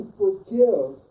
forgive